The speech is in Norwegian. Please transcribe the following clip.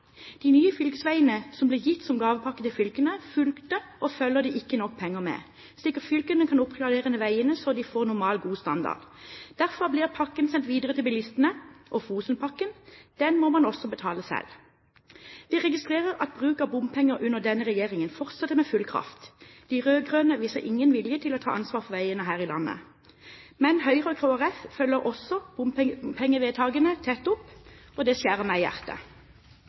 De nye fylkesveiene som ble gitt som gavepakke til fylkene, fulgte og følger det ikke nok penger med, slik at fylkene kan oppgradere veiene så de får normal, god standard. Derfor blir pakken sendt videre til bilistene, og Fosenpakken må man også betale selv. Vi registrerer at bruk av bompenger under denne regjeringen fortsetter med full kraft. De rød-grønne viser ingen vilje til å ta ansvaret for veiene her i landet. Men Høyre og Kristelig Folkeparti følger også bompengevedtakene tett opp, og det skjærer meg i hjertet.